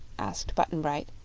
asked button-bright.